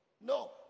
No